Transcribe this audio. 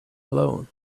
alone